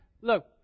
look